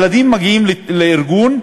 ילדים מגיעים לארגון,